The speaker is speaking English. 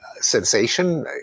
sensation